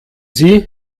sie